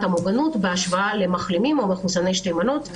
המוגנות בהשוואה למחלימים או למחוסני שתי מנות,